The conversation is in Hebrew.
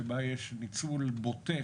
שבה יש ניצול בוטה